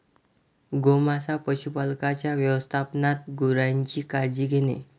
गोमांस पशुपालकांच्या व्यवस्थापनात गुरांची काळजी घेणे